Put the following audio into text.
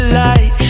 light